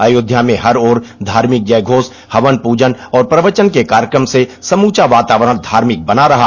अयोध्या में हर ओर धार्मिक जयघोष हवन पूजन और प्रवचन के कार्यक्रम से समूचना वातावरण धार्मिक बना रहा